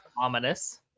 ominous